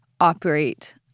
operate